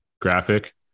graphic